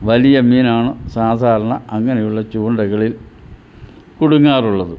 വലിയ മീനാണ് സാധാരണ അങ്ങനെയുള്ള ചൂണ്ടകളിൽ കുടുങ്ങാറുള്ളത്